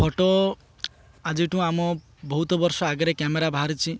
photo ଆଜିଠୁ ଆମ ବହୁତ ବର୍ଷ ଆଗରେ କ୍ୟାମେରା ବାହାରିଛି